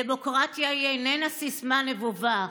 דמוקרטיה היא איננה סיסמה נבובה,